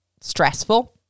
stressful